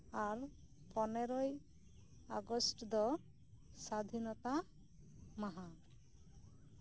ᱟᱨ ᱯᱚᱱᱮᱨᱚᱭ ᱟᱜᱚᱥᱴ ᱫᱚ ᱥᱟᱫᱷᱤᱱᱚᱛᱟ ᱢᱟᱦᱟ